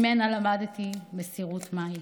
ממנה למדתי מסירות מהי.